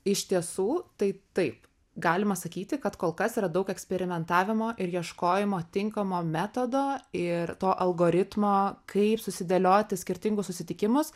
iš tiesų tai taip galima sakyti kad kol kas yra daug eksperimentavimo ir ieškojimo tinkamo metodo ir to algoritmo kaip susidėlioti skirtingus susitikimus